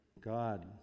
God